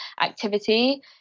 activity